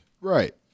Right